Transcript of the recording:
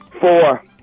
Four